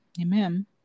Amen